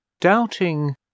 doubting